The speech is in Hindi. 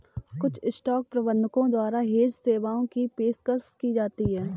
कुछ स्टॉक प्रबंधकों द्वारा हेज सेवाओं की पेशकश की जाती हैं